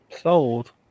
Sold